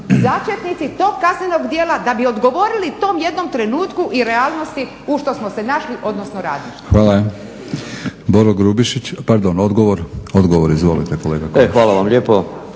začetnici tog kaznenog djela da bi odgovorili tom jednom trenutku i realnosti u što smo se našli odnosno radništvo. **Batinić, Milorad (HNS)** Hvala. Odgovor izvolite kolega. **Kovačić,